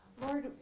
Lord